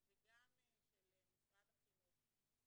וגם של משרד החינוך,